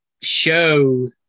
show